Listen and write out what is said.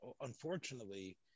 unfortunately